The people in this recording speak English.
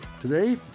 Today